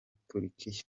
turukiya